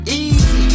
easy